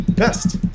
Best